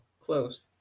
Close